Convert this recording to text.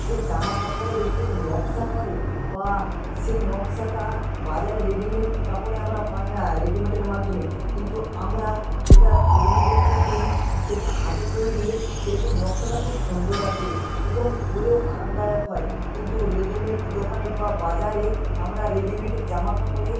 যে জামা কাপড়ের উপর নকশা করে বা সেই নকশাটা বাজারে রেডিমেড কাপড়ে আমরা পাই না রেডিমেডের মাধ্যমে কিন্তু আমরা যেটা তৈরি করতে দিই সেটা হাতে তৈরি সেরকম নকশাটা খুব সুন্দর আসে এবং পরেও আরামদায়ক হয় কিন্তু রেডিমেড দোকানে বা বাজারে আমরা রেডিমেডের জামা কাপড়ে